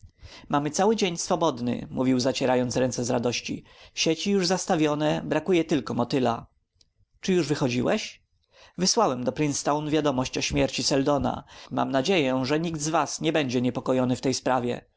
mamy cały dzień swobodny mówił zacierając ręce z radości sieci już zastawione brakuje tylko motyla czy już wychodziłeś wysłałem do princetown wiadomość o śmierci seldona mam nadzieję że nikt z was nie będzie niepokojony w tej sprawie